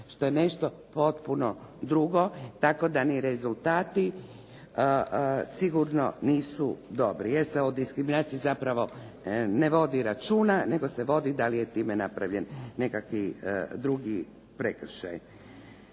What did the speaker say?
što je nešto potpuno drugo, tako da ni rezultati sigurno nisu dobri jer se o diskriminaciji zapravo ne vodi računa, nego se vodi da li je time napravljen nekakav drugi prekršaj.